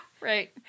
Right